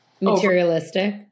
materialistic